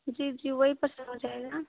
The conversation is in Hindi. जी जी वो ही हो जायेगा न